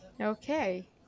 okay